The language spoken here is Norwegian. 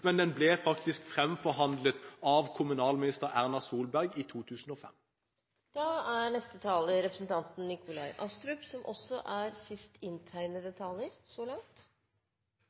men den ble faktisk fremforhandlet av kommunalminister Erna Solberg i